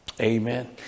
amen